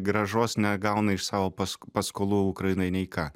grąžos negauna iš savo pask paskolų ukrainoj nei ką